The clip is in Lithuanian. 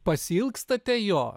pasiilgstate jo